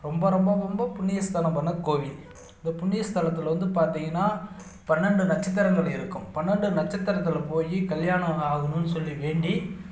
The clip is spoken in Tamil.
ரொம்ப ரொம்ப ரொம்ப புண்ணிய ஸ்தலம் பண்ண கோவில் இந்த புண்ணிய ஸ்தலத்தில் வந்து பார்த்திங்கன்னா பன்னெண்டு நட்சத்திரங்கள் இருக்கும் பன்னெண்டு நட்சத்திரத்தில் போய் கல்யாணம் ஆகணும்னு சொல்லி வேண்டி